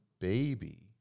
baby